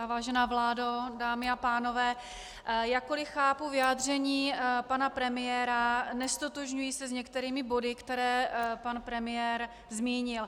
Vážená vládo, dámy a pánové, jakkoliv chápu vyjádření pana premiéra, neztotožňuji se s některými body, které pan premiér zmínil.